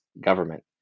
government